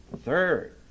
Third